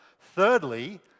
Thirdly